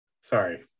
sorry